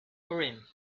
urim